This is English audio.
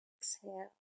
Exhale